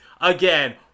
again